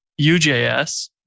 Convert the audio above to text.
UJS